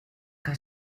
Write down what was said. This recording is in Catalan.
que